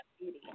beauty